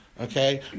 Okay